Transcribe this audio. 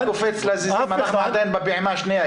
אתה קופץ לזיזי, אנחנו עדיין בפעימה השנייה.